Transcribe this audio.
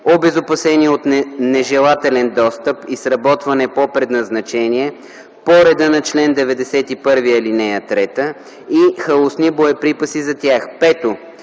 обезопасени от нежелателен достъп и сработване по предназначение по реда на чл. 91, ал. 3, и халосни боеприпаси за тях; 5.